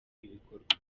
ibikorwa